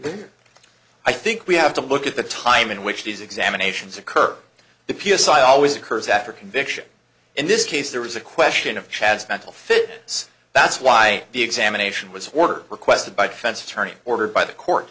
law i think we have to look at the time in which these examinations occur the p s i i always occurs after conviction in this case there was a question of chad's mental fit so that's why the examination was requested by fence attorney ordered by the court